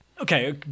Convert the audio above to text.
okay